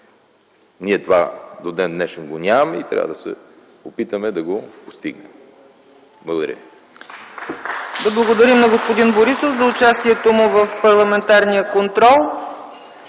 Ние това до ден днешен го нямаме и трябва да се опитаме да го постигнем. Благодаря.